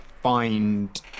find